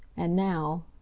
and now